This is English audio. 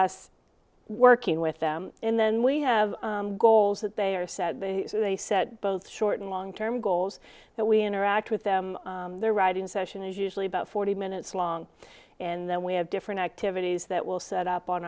us working with them and then we have goals that they are set and they set both short and long term goals that we interact with them their writing session is usually about forty minutes long and then we have different activities that will set up on